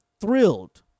thrilled